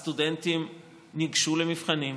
הסטודנטים ניגשו למבחנים,